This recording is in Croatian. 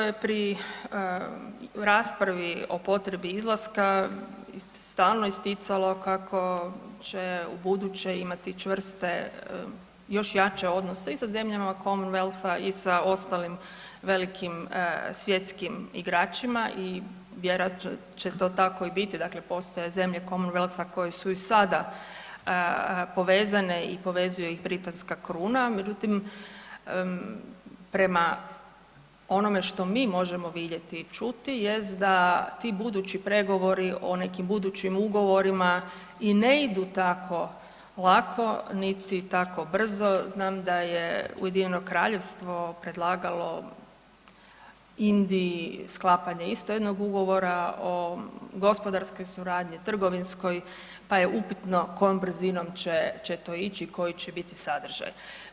Pa UK je pri raspravi o potrebi izlaska stalno isticalo kako će ubuduće imati čvrste, još jače odnose i sa zemljama Commonwealtha i sa ostalim velikim svjetskim igračima i vjerojatno će to tako i biti, dakle postoje zemlje Commonwealtha koje su i sada povezane i povezuje ih britanska kruna međutim prema onome što mi možemo vidjeti i čuti jest da ti budući pregovori o nekim budućim ugovorima i ne idu tako lako niti tako brzo, znam da je UK predlagalo Indiji sklapanje isto jednog ugovora o gospodarskoj suradnji, trgovinskoj pa je upitno kojom brzinom će to ići i koji će biti sadržaji.